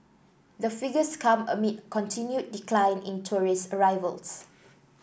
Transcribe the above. the figures come amid continued decline in tourist arrivals